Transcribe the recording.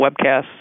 webcasts